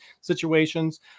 situations